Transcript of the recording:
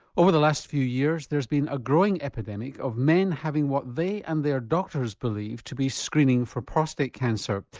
over the last few years, there's been a growing epidemic of men having what they and their doctors believe to be screening for prostate cancer.